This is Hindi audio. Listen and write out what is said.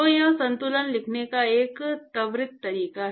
तो यह संतुलन लिखने का एक त्वरित तरीका है